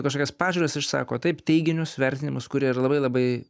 kažkokias pažiūras išsako taip teiginius vertinimus kurie yra labai labai